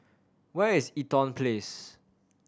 where is Eaton Place